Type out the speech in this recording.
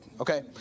okay